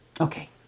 Okay